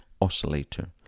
oscillator